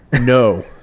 no